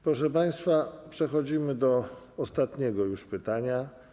Proszę państwa, przechodzimy do ostatniego pytania.